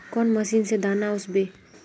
कौन मशीन से दाना ओसबे?